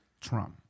Trump